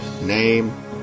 name